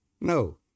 No